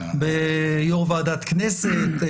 ביושב-ראש ועדת כנסת.